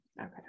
Okay